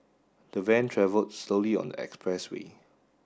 the van travelled slowly on the expressway